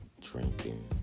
drinking